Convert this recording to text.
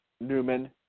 Newman